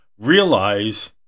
realize